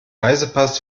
reisepass